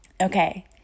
okay